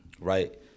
Right